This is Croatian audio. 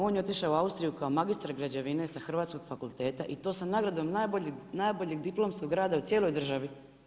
On je otišao u Austriju kao magistar građevine sa hrvatskog fakulteta i to sa nagradom najboljem diplomskog rada u cijeloj državi.